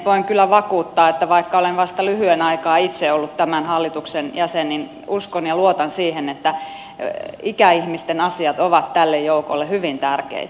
voin kyllä vakuuttaa että vaikka olen vasta lyhyen aikaa itse ollut tämän hallituksen jäsen niin uskon ja luotan siihen että ikäihmisten asiat ovat tälle joukolle hyvin tärkeitä